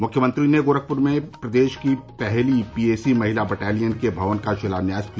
मुख्यमंत्री ने गोरखपुर में प्रदेश की पहली पी ए सी महिला बटालियन के भवन का शिलान्यास किया